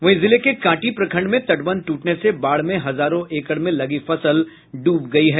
वहीं जिले के कांटी प्रखंड में तटबंध ट्रटने से बाढ़ में हजारों एकड़ में लगी फसल ड्ब गयी है